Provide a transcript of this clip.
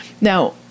Now